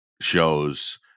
shows